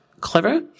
clever